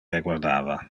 reguardava